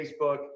facebook